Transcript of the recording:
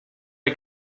hay